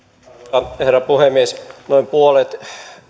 arvoisa herra puhemies noin puolet